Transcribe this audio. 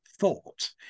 Thought